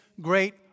Great